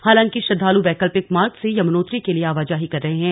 हालांकि श्रद्दालु वैकल्पिक मार्ग से यमुनोत्री के लिए आवाजाही कर रहे हैं